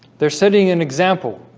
they're setting an example